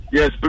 Yes